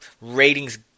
rating's